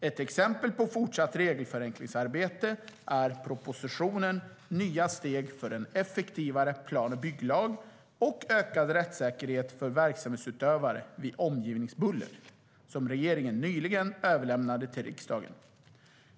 Ett exempel på fortsatt regelförenklingsarbete är propositionen Nya steg för en effektivare plan och bygglag och ökad rättssäkerhet för verksamhetsutövare vid omgivningsbuller som regeringen nyligen överlämnade till riksdagen.